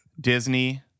Disney